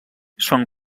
són